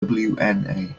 wna